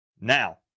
Now